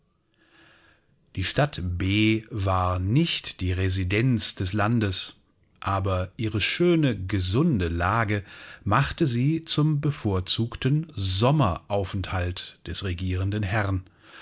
die stadt b war nicht die residenz des landes aber ihre schöne gesunde lage machte sie zum bevorzugten sommeraufenthalt des regierenden herrn